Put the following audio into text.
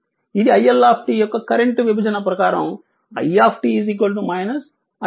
ఇది iL యొక్క current విభజన ప్రకారం i iL 1 1 4 అవుతుంది